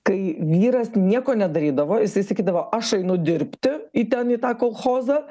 kai vyras nieko nedarydavo jisai sakydavo aš einu dirbti į ten į tą kolchozą